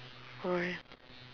okay